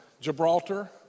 Gibraltar